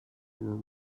were